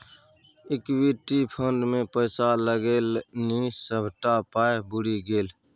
equity fund मे पैसा लगेलनि सभटा पाय बुरि गेल